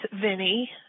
Vinny